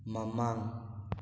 ꯃꯃꯥꯡ